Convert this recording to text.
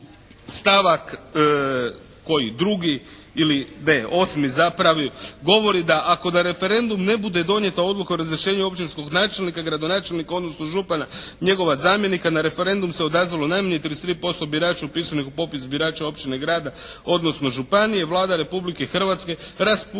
stavak koji, 2. ili ne, 8. zapravo, govori da ako na referendum ne bude donijeta odluka o razrješenju općinskog načelnika, gradonačelnika odnosno župana, njegova zamjenika na referendum se odazvalo najmanje 33% birača upisanih u popis birača općine, grada odnosno županije, Vlada Republike Hrvatske raspustit